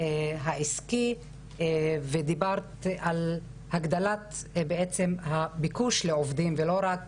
העיסקי ודיברת על הגדלת הביקוש לעובדים ולא רק